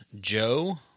Joe